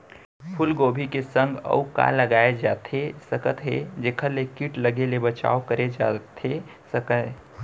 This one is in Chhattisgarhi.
फूलगोभी के संग अऊ का लगाए जाथे सकत हे जेखर ले किट लगे ले बचाव करे जाथे सकय?